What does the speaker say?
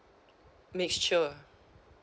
make sure